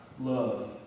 love